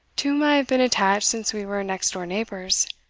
to whom i have been attached since we were next-door neighbours,